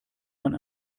man